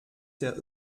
der